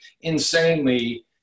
insanely